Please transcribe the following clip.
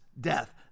death